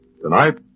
Tonight